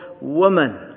woman